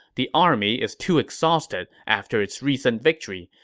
the army is too exhausted after its recent victory.